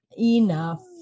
enough